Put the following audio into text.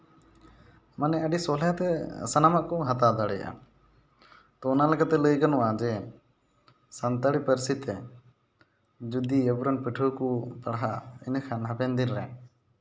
ᱢᱟᱱᱮ ᱟᱹᱰᱤ ᱥᱚᱞᱦᱮᱛᱮ ᱥᱟᱱᱟᱢᱟᱜ ᱠᱚ ᱦᱟᱛᱟᱣ ᱫᱟᱲᱮᱭᱟᱜᱼᱟ ᱛᱚ ᱚᱱᱟ ᱞᱮᱠᱟᱛᱮ ᱞᱟᱹᱭ ᱜᱟᱱᱚᱜᱼᱟ ᱡᱮ ᱥᱟᱱᱛᱟᱲᱤ ᱯᱟᱹᱨᱥᱤ ᱛᱮ ᱡᱩᱫᱤ ᱟᱵᱚᱨᱮᱱ ᱯᱟᱹᱴᱷᱩᱣᱟᱹ ᱠᱚ ᱯᱟᱲᱦᱟᱜᱼᱟ ᱮᱸᱰᱮᱠᱷᱟᱱ ᱦᱟᱯᱮᱱ ᱫᱤᱱᱨᱮ